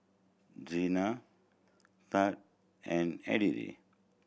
Zina Tad and Edrie